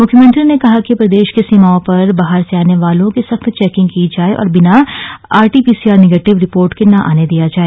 मुख्यमंत्री ने कहा कि प्रदेश की सीमाओं पर बाहर से आने वालों की सख्त चौकिंग की जाये और बिना आरटीपीसीआर नेगेटिव रिपोर्ट के न आने दिया जाए